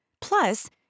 Plus